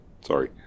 Sorry